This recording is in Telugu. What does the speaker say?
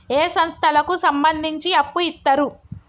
ఏ సంస్థలకు సంబంధించి అప్పు ఇత్తరు?